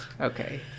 okay